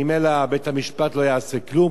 ממילא בית-המשפט לא יעשה כלום.